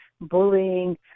bullying